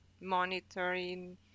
monitoring